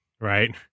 right